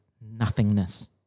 nothingness